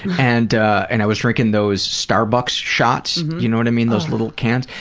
and and i was drinking those starbucks shots, you know what i mean? those little cans.